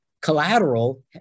collateral